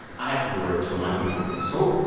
i have three words for my week of news oh,